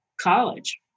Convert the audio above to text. college